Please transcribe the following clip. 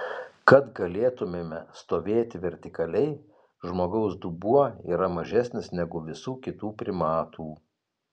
kad galėtumėme stovėti vertikaliai žmogaus dubuo yra mažesnis negu visų kitų primatų